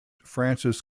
frances